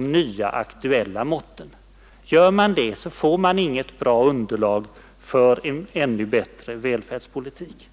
nyare, aktuella mått. Underlåter man detta, får man inget bra underlag för en ännu bättre välfärdspolitik.